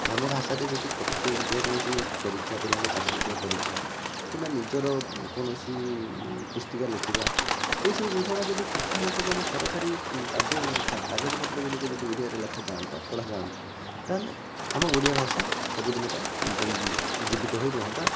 ଆମ ଭାଷାରେ ଯଦି ପ୍ରତ୍ୟେକ ଯେକୌଣସି ପରୀକ୍ଷା ପିଲାଙ୍କ ଚାକିରୀ ପାଇଁ ପରୀକ୍ଷା କିମ୍ବା ନିଜର କୌଣସି ପୁସ୍ତିକା ଲେଖିବା ଏସବୁ ଜିନିଷଗୁଡ଼ା ଯଦି ଟୋଟାଲ୍ ସବୁ ଆମ ସରକାରୀ କାର୍ଯ୍ୟ କାଗଜପତ୍ରଗୁଡ଼ିକ ଯଦି ଓଡ଼ିଆରେ ଲେଖାଯାଆନ୍ତା ପଢ଼ାଯାଆନ୍ତା ତା'ହେଲେ ଆମ ଓଡ଼ିଆ ଭାଷା ସବୁଦିନ ପାଇଁ ଜୀବିତ ହୋଇ ରୁହନ୍ତା